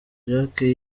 jacques